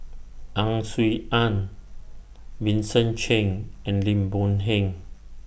Ang Swee Aun Vincent Cheng and Lim Boon Heng